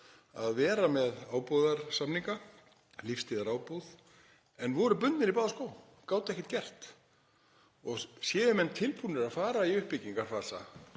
að vera með ábúðarsamninga, lífstíðarábúð, en voru bundnir í báða skó, gátu ekkert gert. Séu menn tilbúnir að fara í uppbyggingarfasa,